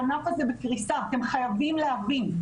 הענף הזה בקריסה, אתם חייבים להבין.